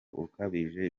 ukabije